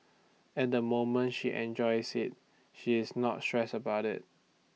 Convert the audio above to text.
at the moment she enjoys IT she is not stressed about IT